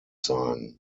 sein